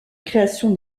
création